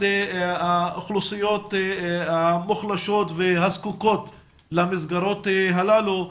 האוכלוסיות המוחלשות והזקוקות למסגרות הללו.